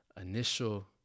initial